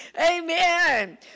amen